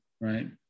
Right